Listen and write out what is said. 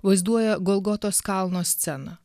vaizduoja golgotos kalno sceną